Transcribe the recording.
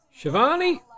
Shivani